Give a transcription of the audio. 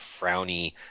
frowny